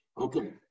Okay